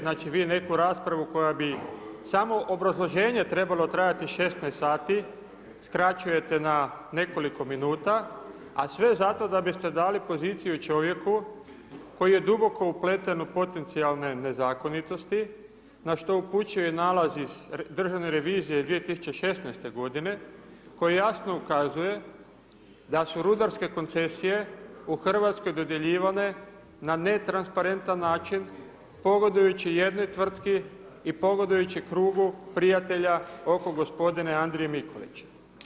Znači, vi neku raspravu koja bi samo obrazloženje trebalo trajati 16 sati, skraćujete na nekoliko minuta, a sve zato da biste dali poziciju čovjeku koji je duboko upleten u potencijalne nezakonitosti, na što upućuje nalaz iz Državne revizije 2016.-te godine koji jasno ukazuje da su rudarske koncesije u RH dodjeljivane na netransparentan način, pogodujući jednoj tvrtki i pogodujući krugu prijatelja oko gospodina Andrije Mikulića.